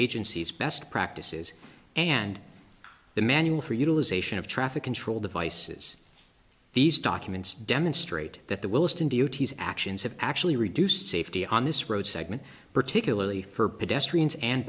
agencies best practices and the manual for utilization of traffic control devices these documents demonstrate that the wilston duty's actions have actually reduced safety on this road segment particularly for